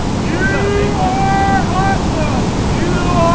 you are awesome! you